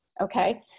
Okay